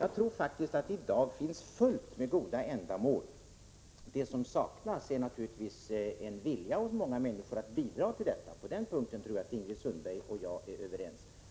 Jag tror faktiskt att det i dag finns fullt med goda ändamål. Det som saknas är naturligtvis en vilja hos många människor att bidra — på den punkten tror jag att Ingrid Sundberg och jag är överens.